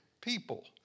people